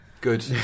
Good